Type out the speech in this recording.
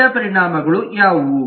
ಅಡ್ಡಪರಿಣಾಮಗಳು ಯಾವುವು